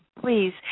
please